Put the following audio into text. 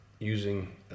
Using